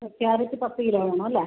carrot പത്ത് kilo വേണമല്ലേ